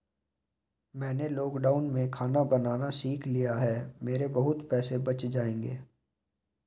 मैंने लॉकडाउन में खाना बनाना सीख लिया है, मेरे बहुत पैसे बच जाएंगे